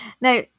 Now